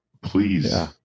Please